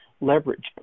leverage